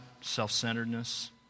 self-centeredness